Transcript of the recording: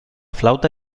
flauta